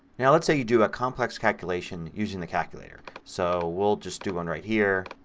now let's say you do a complex calculation using the calculator. so we'll just do one right here